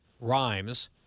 rhymes